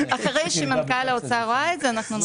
אחרי שמנכ"ל האוצר יראה את זה, אנחנו נוציא את זה.